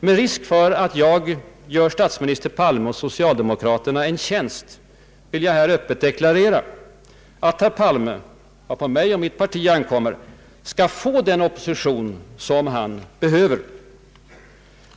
Med risk för att jag gör statsminister Palme och socialdemokraterna en tjänst vill jag här öppet deklarera att herr Palme — vad på mig och mitt parti ankommer — skall få den opposition som han behöver.